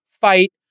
fight